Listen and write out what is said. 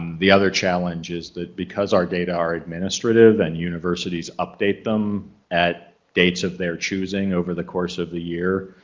the other challenge is that because our data are administrative and universities update them at dates of their choosing over the course of the year,